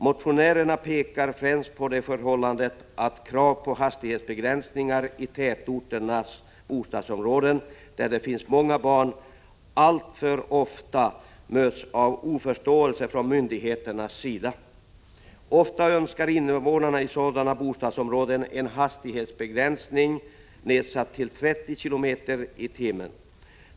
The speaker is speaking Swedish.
De pekar främst på det förhållandet att krav på hastighetsbegränsningar i tätorternas bostadsområden, där det finns många barn, alltför ofta möts av oförståelse från myndigheternas sida. Ofta önskar invånarna i sådana bostadsområden en hastighetsbegränsning till 30 km/tim.